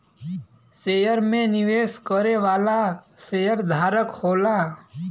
share में निवेश करे वाला शेयरधारक होला